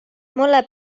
mulle